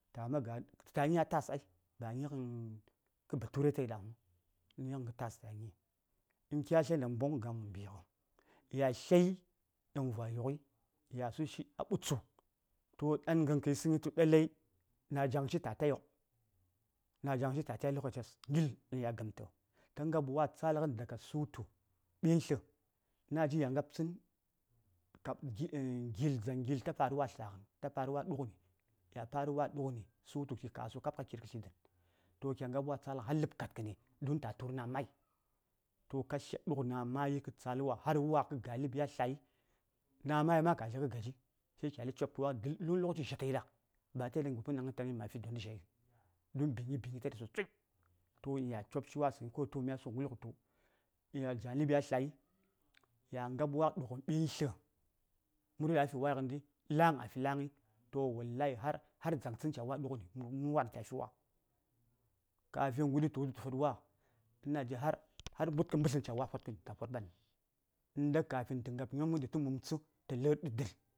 ﻿Ta: ma gami tətaya nyi a tas ai ba kə bature tayi ɗa huŋ nə nyighən ghə tas tətaya nyi kya tlya tən namboŋ ga:m wo mbighə ya tlyai ɗaŋ vwa yukghəi ya sushi a ɓutsu toh ɗan ghən kə yisəŋyi tu lalai na: jaŋshi ta tayo na: jaŋshi ta tai a lokaces ngil ghən ya ghəmtə ta ngab wa tsalghən daka ɓintli har sutu ɓintlə ina jin ya ngab tsən gill dzaŋ gill ta fara wa tlaghəni ka fara wa ɗughəni kya fara wa dughəni sutu fi kasuwa kab ka kir ka tli ɗi dən to kya ngab wa tsa:lghən har ləb kadkən don ta tur na: mayi to ka tlya duk namayi kə tsal wa har kə ga ləb ya tlai namayi ma ka tlya kə gaji sai kya səŋ cobki wa lokaci gin dzha tayi ɗa ba atayi ɗan gopənɗaŋ mya fi dondə dzhanəŋ don bingi bingi tayi ɗa sosai ya cobshiwasəŋyi myasu mə wulghətu jan ləb ya tlai ya ngab wa ɗughən ɓintlə murwai fi wai ghəndi la:ŋ fi la:ŋ ghəndi toh wallahi har dzaŋ tsən ca wa ɗughəni mən wa ɗaŋ tətaya fi wa kafin guɗi tə fod wa ina jin har mbudkən mbətləm ca wa fokəni ba ta fod ɓan huŋ ghənda kafin tə ghab nyonghən ɗi tə mumtsə tə nda lə:rghənɗi dən